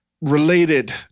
related